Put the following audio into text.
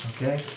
Okay